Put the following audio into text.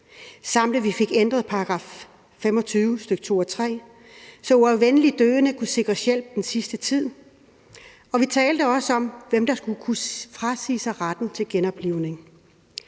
og vi fik ændret § 25, stk. 2 og 3, så uafvendeligt døende kunne sikres hjælp den sidste tid, og vi talte også om, hvem der skulle kunne frasige sig retten til genoplivning.